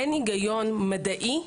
אין היגיון מדעי,